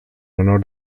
honor